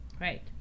Right